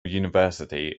university